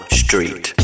street